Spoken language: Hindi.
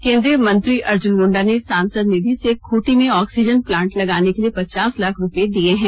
केंद्रीय मंत्री अर्जुन मुंडा ने सासंद निधि से खूंटी में ऑक्सीजन प्लांट लगाने के लिए पचास लाख रुपये दिए हैं